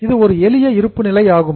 இது ஒரு எளிய இருப்பு நிலை ஆகும்